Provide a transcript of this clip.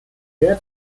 der